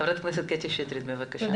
ח"כ קטי שטרית בבקשה.